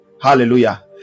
hallelujah